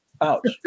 Ouch